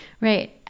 Right